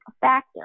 factor